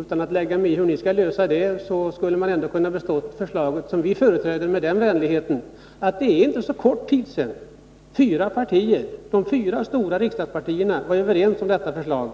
Utan att lägga mig i hur ni skall lösa det problemet, tycker jag att man kunde ha bestått oss med vänligheten att komma ihåg att det inte är så lång tid sedan de fyra stora riksdagspartierna var överens om det förslag